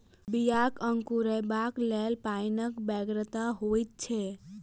बियाक अंकुरयबाक लेल पाइनक बेगरता होइत छै